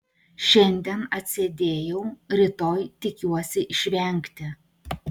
šiandien atsėdėjau rytoj tikiuosi išvengti